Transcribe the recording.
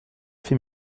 fait